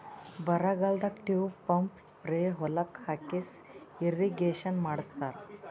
ಬರಗಾಲದಾಗ tube pump spray ಹೊಲಕ್ಕ್ ಹಾಕಿಸಿ ಇರ್ರೀಗೇಷನ್ ಮಾಡ್ಸತ್ತರ